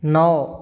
नौ